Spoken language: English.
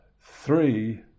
three